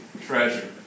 treasure